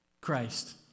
Christ